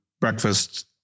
breakfast